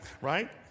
right